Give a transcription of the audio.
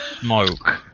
smoke